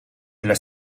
della